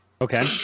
Okay